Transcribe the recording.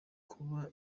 kuba